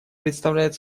представляет